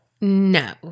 No